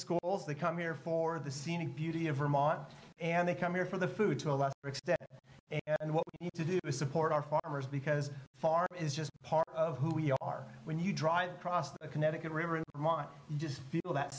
schools they come here for the scenic beauty of vermont and they come here for the food to a lesser extent and what to do to support our farmers because far is just part of who we are when you drive across the connecticut river and just people that